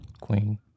Queen